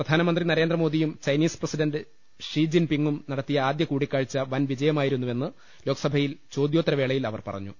പ്രധാനമന്ത്രി നരേന്ദ്രമോദിയും Chinese president Xi ജിൻ പിങും നടത്തിയ ആദ്യ കൂടിക്കാഴ്ച വൻ വിജയമായിരുന്നുവെന്ന് ലോക്സഭയിൽ ചോദ്യോ ത്തരവേള യിൽ അവർ പറഞ്ഞു